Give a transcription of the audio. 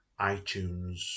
iTunes